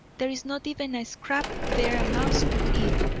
there is not even a scrap there a mouse could eat.